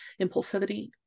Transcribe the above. impulsivity